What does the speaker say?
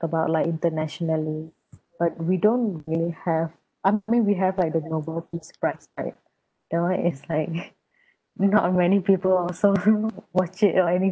about like internationally but we don't really have I mean we have like the nobel peace prize right that [one] is like not many people also watch it or anything